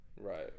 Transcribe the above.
Right